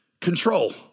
control